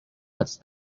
wits